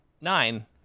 nine